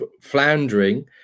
floundering